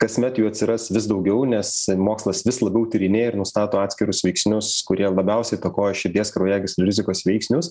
kasmet jų atsiras vis daugiau nes mokslas vis labiau tyrinėja ir nustato atskirus veiksnius kurie labiausiai įtakoja širdies kraujagyslių rizikos veiksnius